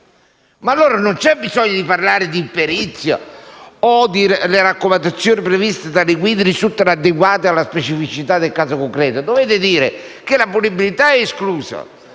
Allora, non c'è bisogno di parlare di imperizia o di raccomandazioni previste dalle linee guida adeguate alla specificità del caso concreto. Bisogna dire che la punibilità è esclusa